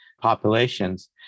populations